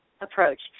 approach